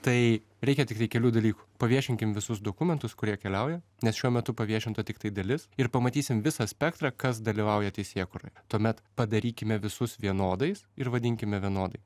tai reikia tiktai kelių dalykų paviešinkim visus dokumentus kurie keliauja nes šiuo metu paviešinta tiktai dalis ir pamatysim visą spektrą kas dalyvauja teisėkūroj tuomet padarykime visus vienodais ir vadinkime vienodai